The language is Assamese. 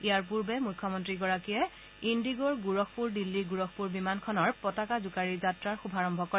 ইয়াৰ পূৰ্বে মুখ্যমন্ত্ৰীগৰাকীয়ে ইন্দিগৰ গোৰখপুৰ দিল্লী গোৰখপুৰ বিমানখনৰো পতাকা জোকাৰি যাত্ৰাৰ শুভাৰম্ভ কৰে